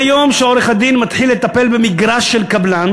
מהיום שעורך-הדין מתחיל לטפל במגרש של קבלן,